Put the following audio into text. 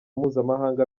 mpuzamahanga